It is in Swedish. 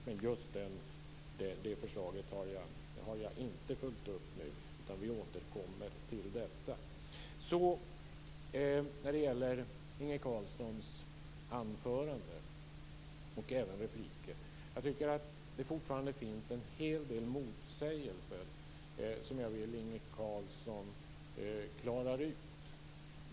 Men just det förslaget har jag inte följt upp, utan jag återkommer till det. Sedan var det Inge Carlssons anförande och repliker. Det finns fortfarande en hel del motsägelser som jag vill att Inge Carlsson klarar ut.